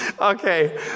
Okay